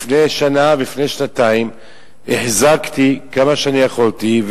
לפני שנה ולפני שנתיים החזקתי כמה שיכולתי,